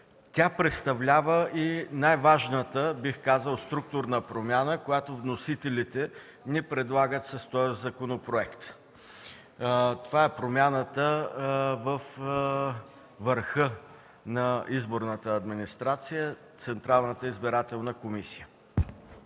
Тя представлява и най-важната, бих казал, структурна промяна, която вносителите ни предлагат с този законопроект. Това е промяната във върха на изборната администрация – Централната избирателна комисия.